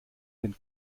den